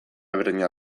berdina